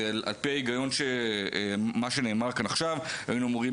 על פי ההיגיון של מה שנאמר כאן עכשיו היינו אמורים